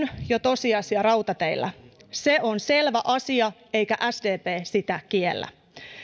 jo tosiasia rautateillä se on selvä asia eikä sdp sitä kiellä